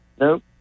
Nope